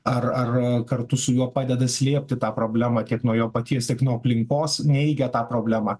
ar ar kartu su juo padeda slėpti tą problemą tiek nuo jo paties tiek nuo aplinkos neigia tą problemą